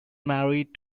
married